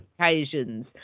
occasions